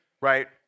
right